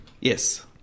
Yes